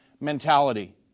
mentality